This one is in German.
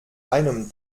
einem